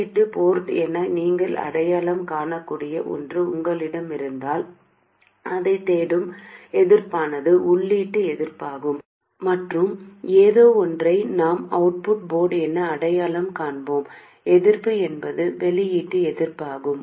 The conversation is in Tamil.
உள்ளீட்டு போர்ட் என நீங்கள் அடையாளம் காணக்கூடிய ஒன்று உங்களிடம் இருந்தால் அதைத் தேடும் எதிர்ப்பானது உள்ளீட்டு எதிர்ப்பாகும் மற்றும் ஏதோ ஒன்றை நாம் அவுட்புட் போர்ட் என அடையாளம் காண்போம் எதிர்ப்பு என்பது வெளியீட்டு எதிர்ப்பாகும்